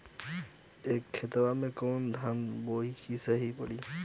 ए खेतवा मे कवन धान बोइब त सही पड़ी?